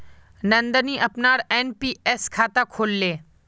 नंदनी अपनार एन.पी.एस खाता खोलले